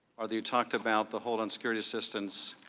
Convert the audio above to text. are the, you talked about the hold on security assistance